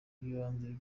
bw’ibanze